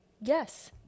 Yes